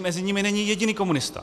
Mezi nimi není jediný komunista.